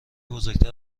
بزرگتر